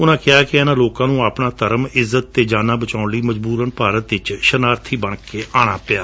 ਉਨੂਂ ਕਿਹਾ ਕਿ ਇਨੂਾਂ ਲੋਕਾਂ ਨੂੰ ਆਪਣਾ ਧਰਮ ਇੱਜਤ ਅਤੇ ਜਾਨਾਂ ਬਚਾਉਣ ਲਈ ਮਜਬੁਰਨ ਭਾਰਤ ਵਿਚ ਸਰਣਾਰਥੀ ਬਣਕੇ ਆਣਾਂ ਪਿਐ